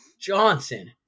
Johnson